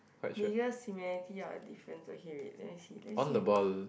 biggest similarity or difference okay wait let me see let me see we got